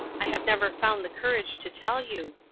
i have never found the courage to tell you.